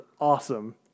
awesome